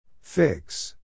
Fix